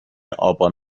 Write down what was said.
آبان